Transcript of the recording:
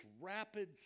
rapid